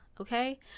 okay